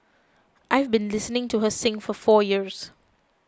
I've been listening to her sing for four years